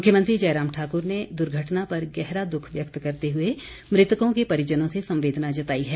मुरव्यमंत्री जयराम ठाकुर ने दुर्घटना पर गहरा दुख व्यक्त करते हुए मृतकों के परिजनों से संवेदना जताई है